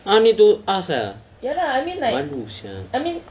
!huh! need to ask ah malu sia